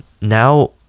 now